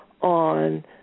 on